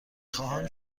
خواهم